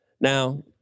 Now